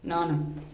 न्हान